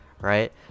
right